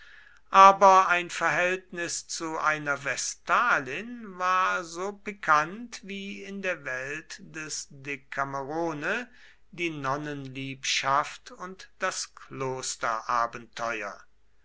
aber ein verhältnis zu einer vestalin war so pikant wie in der welt des decamerone die nonnenliebschaft und das